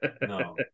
No